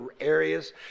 areas